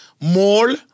mall